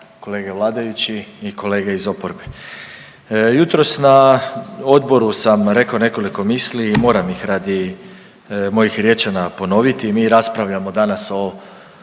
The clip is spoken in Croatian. kolege vladajući i kolege iz oporbe, jutros na odboru sam rekao nekoliko misli i moram ih radi mojih Riječana ponoviti. Mi raspravljamo danas o